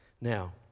Now